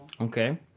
Okay